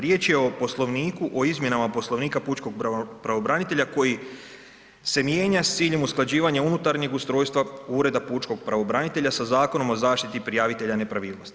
Riječ je o Poslovniku o izmjenama Poslovnika pučkog pravobranitelja koji se mijenja s ciljem usklađivanja unutarnjeg ustrojstva ureda pučkog pravobranitelja sa Zakonom o zaštiti prijavitelja nepravilnosti.